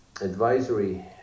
Advisory